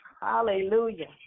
Hallelujah